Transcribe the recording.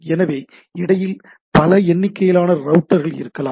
எனவே இடையில் பல எண்ணிக்கையிலான ரௌட்டர்கள் இருக்கலாம்